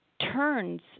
turns